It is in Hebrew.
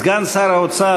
סגן שר האוצר,